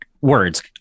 words